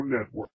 Network